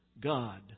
God